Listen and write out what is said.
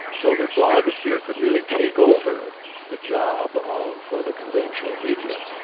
so the blogosphere could really take over the job of the conventional media.